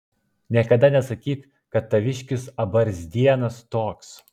niekada nesakyk kad taviškis abarzdienas toks